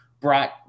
brought